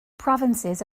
provinces